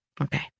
Okay